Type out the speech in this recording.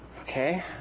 Okay